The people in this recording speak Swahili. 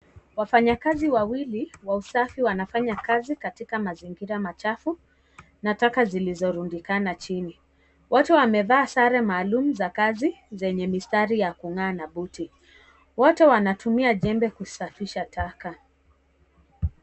Wafanyikazi wawili wa usafi wanafanha kazi katika mazingira machafu na taka zilizorindikana chini. Wote wamevaa sare maalum za kazi zenye mistari ya kungaa na buti . Wote wanatumia jembe kusafisha taka.